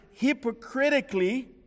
hypocritically